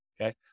Okay